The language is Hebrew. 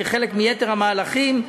כחלק מיתר המהלכים,